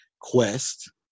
quest